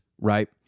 right